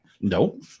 No